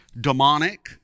demonic